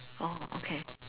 oh okay